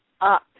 up